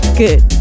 good